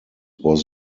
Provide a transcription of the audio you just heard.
was